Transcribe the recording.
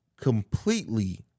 completely